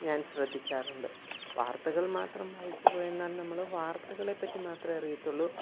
ഞാൻ ശ്രദ്ധിക്കാറുണ്ട് വാർത്തകൾ മാത്രം വായിച്ചുപോയെന്നാൽ നമ്മൾ വാർത്തകളെപ്പറ്റി മാത്രമേ അറിയത്തുള്ളൂ